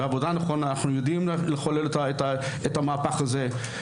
בעבודה נכונה אנחנו יודעים לחולל את המהפך הזה.